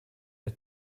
der